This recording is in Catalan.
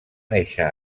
néixer